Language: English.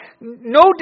no